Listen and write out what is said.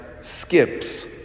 skips